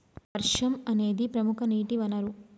వర్షం అనేదిప్రముఖ నీటి వనరు